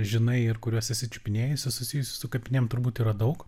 žinai ir kuriuos esi čiupinėjusi susijusių su kapinėm turbūt yra daug